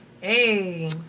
hey